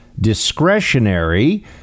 discretionary